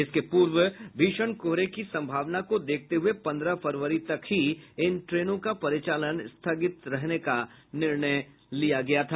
इससे पूर्व भीषण कोहरे की सम्भावना को देखते हुये पन्द्रह फरवरी तक ही इन ट्रेनों का परिचालन स्थगित करने का निर्णय लिया गया था